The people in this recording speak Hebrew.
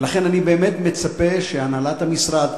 ולכן אני באמת מצפה שהנהלת המשרד,